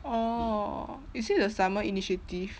orh is it the summer initiative